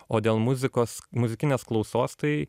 o dėl muzikos muzikinės klausos tai